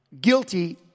Guilty